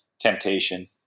temptation